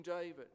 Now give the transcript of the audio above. David